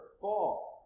fall